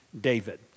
David